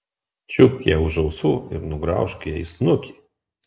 čiupk ją už ausų ir nugraužk jai snukį